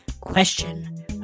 question